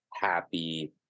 happy